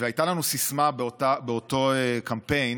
והייתה לנו סיסמה באותו קמפיין,